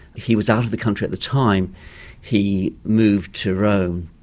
he was out of the country at the time he moved to rome.